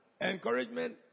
encouragement